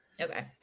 Okay